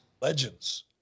legends